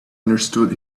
understood